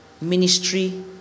ministry